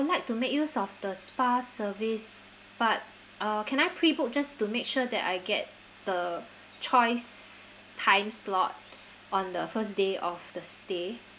like to make use of the spa service but uh can I pre book just to make sure that I get the choice time slot on the first day of the stay